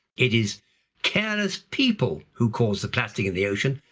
it is careless people, who cause the plastic in the ocean,